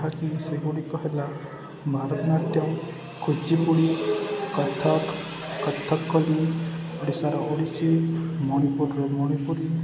ଯାହାକି ସେଗୁଡ଼ିକ ହେଲା ଭାରତନାଟ୍ୟମ୍ କୁଚିପୁଡ଼ି କଥକ କଥକକଲି ଓଡ଼ିଶାର ଓଡ଼ିଶୀ ମଣିପୁରରେ ମଣିପୁରୀ